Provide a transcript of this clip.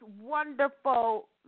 wonderful